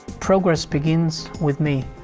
progress begins with me.